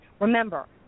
Remember